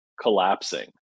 collapsing